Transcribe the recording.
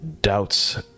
doubts